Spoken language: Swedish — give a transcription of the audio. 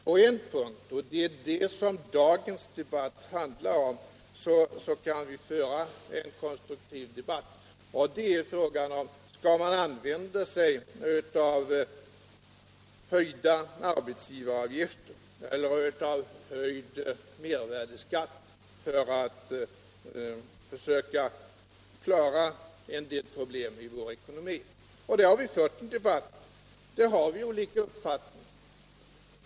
På en punkt, och det är den som dagens debatt handlar om, kan vi föra en konstruktiv diskussion: det gäller frågan om man skall använda sig av höjda arbetsgivaravgifter eller höjd mervärdeskatt för att försöka klara en del problem i vår ekonomi. Där har vi ju fört en debatt — där har vi olika uppfattning.